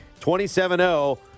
27-0